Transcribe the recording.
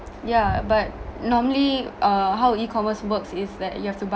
yeah but normally uh how e-commerce works is that you have to